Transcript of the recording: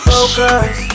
Focus